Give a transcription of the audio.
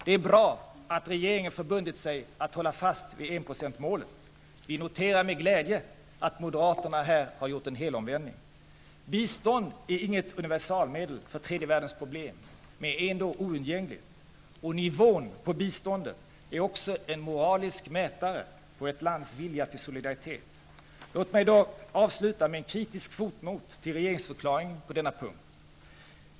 Det är bra att regeringen förbundit sig att hålla fast vid enprocentsmålet. Vi noterar med glädje att moderaterna här har gjort en helomvändning. Bistånd är inget universalmedel för tredje världens problem, men är ändå oundgängligt, och nivån på biståndet är också en moralisk mätare på ett lands vilja till solidaritet. Låt mig dock avsluta med en kritisk fotnot till regeringsförklaringen på denna punkt.